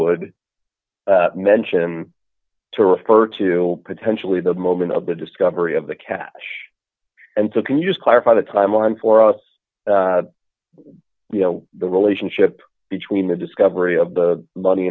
would mention to refer to potentially the moment of the discovery of the catch and so can you clarify the timeline for us you know the relationship between the discovery of the money